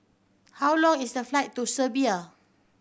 how long is the flight to Serbia